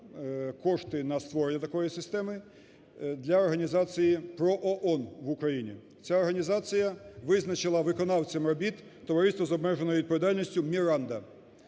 кошти на створення такої системи для організації ПРООН в Україні. Ця організація визначила виконавцем робіт товариство з обмеженою відповідальністю "Міранда".